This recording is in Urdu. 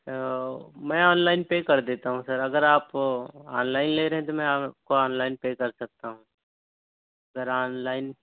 میں آن لائن پے کر دیتا ہوں سر اگر آپ آن لائن لے رہے ہیں تو میں آپ کو آن لائن پے کر سکتا ہوں سر آن لائن